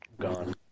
gone